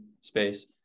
space